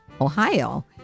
Ohio